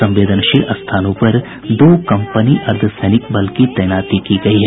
संवेदनशील स्थानों पर दो कंपनी अर्द्वसैनिक बल की तैनात की गयी है